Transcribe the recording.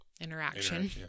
interaction